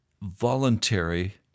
voluntary